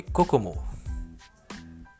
Kokomo